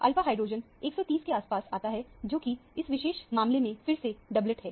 alpha hydrogen 130 के आसपास आता है जोकि इस विशेष मामले में फिर से डबलेट है